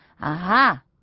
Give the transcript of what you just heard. Aha